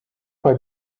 bei